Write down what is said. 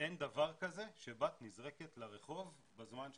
אין דבר כזה שבת נזרקת לרחוב בזמן שמשפצים,